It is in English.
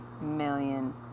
million